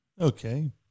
Okay